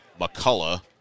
McCullough